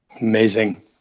Amazing